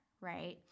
right